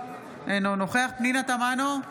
אינו נוכח פנינה תמנו,